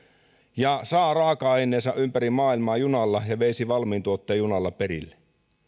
ja saa raaka aineensa ympäri maailmaa junalla ja veisi valmiin tuotteen junalla perille